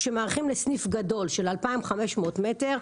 שמעריכים לסניף גדול של 2,500 מטר,